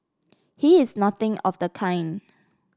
he is nothing of the kind